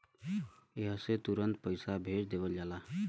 एह से तुरन्ते पइसा भेज देवल जाला